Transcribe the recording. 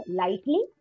lightly